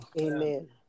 Amen